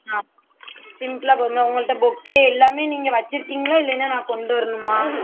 ஆ சிம்பிளாக போடணுமா உங்கள்ட்ட பொக்கே எல்லாம் நீங்கள் வச்சுருக்கீங்களா இல்லைனா நான் கொண்டு வரணுமா